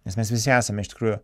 nes mes visi esame iš tikrųjų